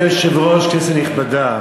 אדוני היושב-ראש, כנסת נכבדה,